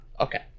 Okay